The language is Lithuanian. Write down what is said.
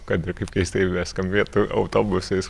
kad ir kaip keistai beskambėtų autobusais